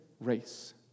race